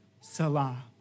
Salah